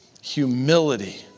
humility